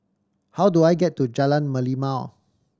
how do I get to Jalan Merlimau